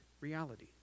reality